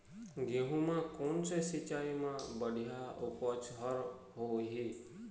गेहूं म कोन से सिचाई म बड़िया उपज हर होही?